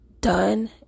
done